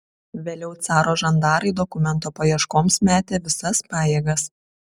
vėliau caro žandarai dokumento paieškoms metė visas pajėgas